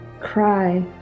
cry